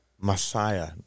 messiah